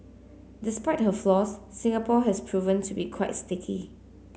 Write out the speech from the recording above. despite her flaws Singapore has proven to be quite sticky